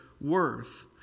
worth